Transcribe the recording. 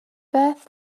beth